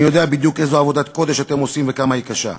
אני יודע בדיוק איזו עבודת קודש אתם עושים וכמה היא קשה.